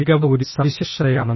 മികവ് ഒരു സവിശേഷതയാണ്